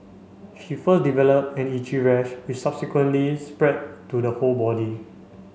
she first developed an itchy rash which subsequently spread to the whole body